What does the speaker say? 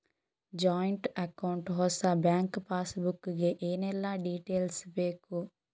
Joint account ಹೊಸ bank passbook ಗೆ ಏನೆಲ್ಲ ಡೀಟೇಲ್ಸ್ ಬೇಕು?